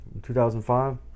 2005